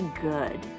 good